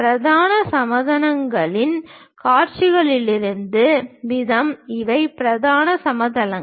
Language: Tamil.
பிரதான சமதளங்களில் காட்சிகள் இருக்கும் விதம் இவை பிரதான சமதளங்கள்